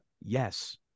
yes